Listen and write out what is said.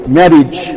marriage